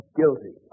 guilty